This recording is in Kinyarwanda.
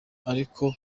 ariko